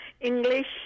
English